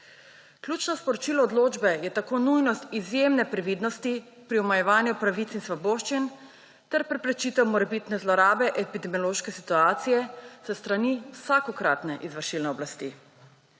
Ključno sporočilo odločbe je tako nujnost izjemne previdnosti pri omejevanju pravic in svoboščin ter preprečitev morebitne zlorabe epidemiološke situacije s strani vsakokratne izvršilne oblasti.